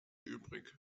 übrig